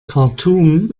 khartum